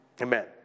amen